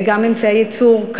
וגם אמצעי ייצור,